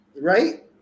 right